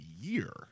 year